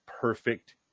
perfect